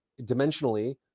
dimensionally